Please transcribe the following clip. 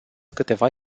câteva